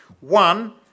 One